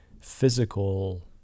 physical